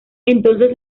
entonces